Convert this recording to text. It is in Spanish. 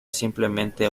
simplemente